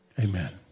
Amen